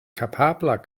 kapabla